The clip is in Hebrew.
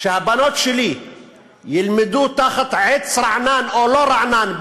שהבנות שלי ילמדו תחת עץ רענן או לא רענן,